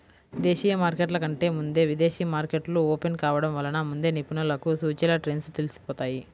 దేశీయ మార్కెట్ల కంటే ముందే విదేశీ మార్కెట్లు ఓపెన్ కావడం వలన ముందే నిపుణులకు సూచీల ట్రెండ్స్ తెలిసిపోతాయి